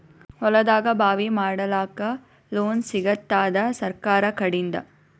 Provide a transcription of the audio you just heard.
ಹೊಲದಾಗಬಾವಿ ಮಾಡಲಾಕ ಲೋನ್ ಸಿಗತ್ತಾದ ಸರ್ಕಾರಕಡಿಂದ?